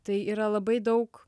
tai yra labai daug